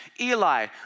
Eli